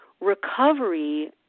recovery